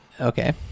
Okay